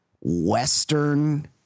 Western